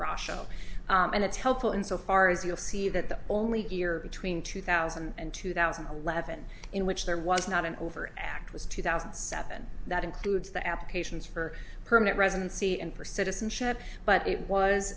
oh and it's helpful in so far as you'll see that the only ear between two thousand and two thousand and eleven in which there was not an over act was two thousand and seven that includes the applications for permanent residency and for citizenship but it was